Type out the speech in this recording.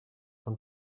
von